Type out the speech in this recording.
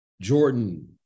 jordan